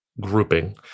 grouping